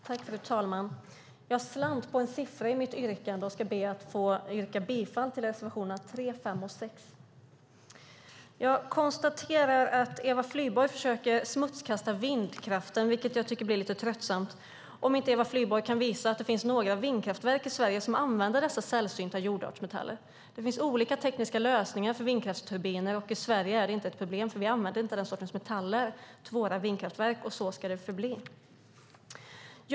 Fru talman! Jag slant på en siffra i mitt yrkande tidigare och ska nu be att få yrka bifall till reservationerna 3, 5 och 6. Jag konstaterar att Eva Flyborg försöker smutskasta vindkraften, vilket jag tycker blir lite tröttsamt - om inte Eva Flyborg kan visa att det finns några vindkraftverk i Sverige som använder dessa sällsynta jordartsmetaller. Det finns olika tekniska lösningar för vindkraftsturbiner. I Sverige är det inte ett problem, för vi använder inte den sortens metaller till våra vindkraftverk. Och så ska det förbli.